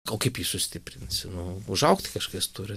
o kaip jį sustiprinsi nu užaugt kažkas turi